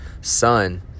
son